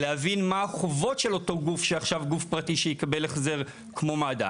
לבין מה החובות של אותו גוף שעכשיו גוף פרטי שיקבל החזר כמו מד"א.